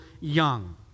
young